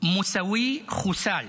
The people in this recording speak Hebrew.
מוסאווי חוסל